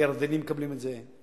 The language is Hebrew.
הירדנים מקבלים את זה,